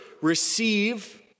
receive